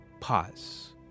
Pause